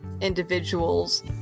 individuals